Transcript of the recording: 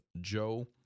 Joe